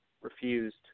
refused